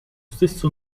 stesso